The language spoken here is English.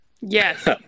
Yes